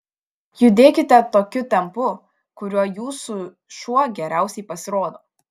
judėkite tokiu tempu kuriuo jūsų šuo geriausiai pasirodo